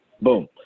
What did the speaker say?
Boom